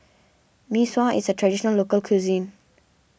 Mee Sua is a Traditional Local Cuisine